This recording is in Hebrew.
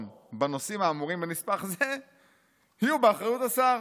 בנושאים האמורים" במסמך זה "יהיו באחריות השר.